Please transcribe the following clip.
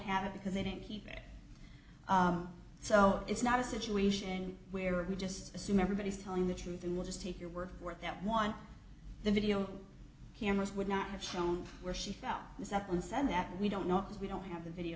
have it because they didn't keep their so it's not a situation where we just assume everybody is telling the truth and will just take your word for it that one the video cameras would not have shown where she fell the second said that we don't know because we don't have the video